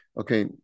Okay